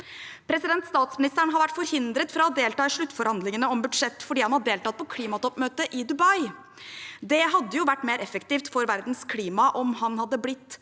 klimaet. Statsministeren har vært forhindret fra å delta i sluttforhandlingene om budsjettet fordi han har deltatt på klimatoppmøtet i Dubai. Det hadde vært mer effektivt for verdens klima om han hadde blitt